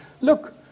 look